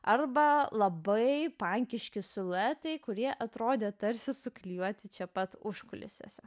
arba labai pankiški siluetai kurie atrodė tarsi suklijuoti čia pat užkulisiuose